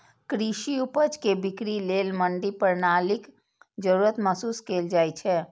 कृषि उपज के बिक्री लेल मंडी प्रणालीक जरूरत महसूस कैल जाइ छै